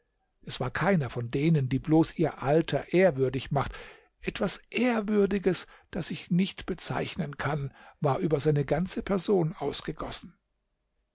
es war keiner von denen die bloß ihr alter ehrwürdig macht etwas ehrwürdiges das ich nicht bezeichnen kann war über seine ganze person ausgegossen